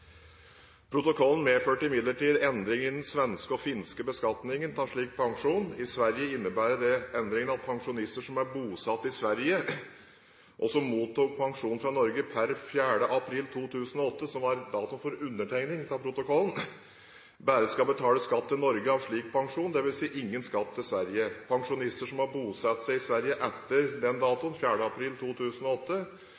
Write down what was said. Protokollen medførte imidlertid endringer i den svenske og finske beskatningen av slik pensjon. I Sverige innebærer endringene at pensjonister som var bosatt i Sverige og som mottok pensjon fra Norge per 4. april 2008, som var datoen for undertegningen av protokollen, bare skal betale skatt til Norge av slik pensjon, dvs. ingen skatt til Sverige. Pensjonister som har bosatt seg i Sverige etter den